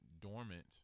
dormant